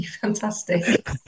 Fantastic